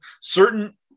certain